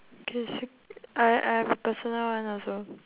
I thought you say I I have a personal one also